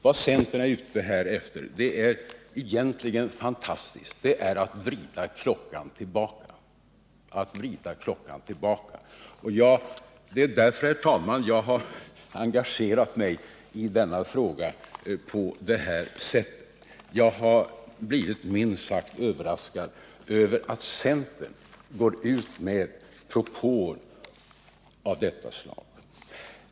Vad centern är ute efter är egentligen fantastiskt: det är att vrida klockan tillbaka. Det är därför, herr talman, jag har engagerat mig i denna fråga på det här sättet. Jag har blivit minst sagt överraskad av att centern går ut med propåer av detta slag.